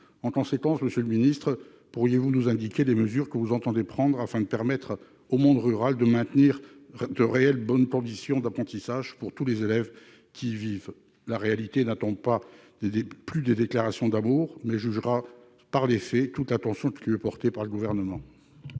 semaines. Monsieur le ministre, pourriez-vous nous indiquer les mesures que vous entendez prendre afin de permettre au monde rural de maintenir de bonnes conditions d'apprentissage pour tous les élèves qui y vivent ? La ruralité n'attend plus des déclarations d'amour, mais jugera par les faits toute l'attention qui lui est portée par le Gouvernement.